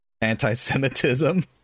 anti-semitism